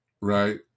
right